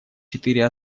четыре